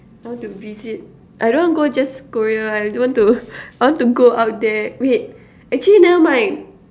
I want to visit I don't go just Korea I don't want to I want to go out there wait actually never mind